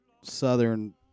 southern